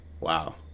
wow